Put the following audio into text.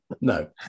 No